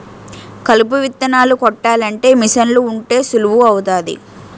కలుపు విత్తనాలు కొట్టాలంటే మీసన్లు ఉంటే సులువు అవుతాది